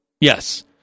Yes